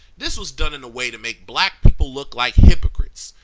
this was done in a way to make black people look like hypocrites,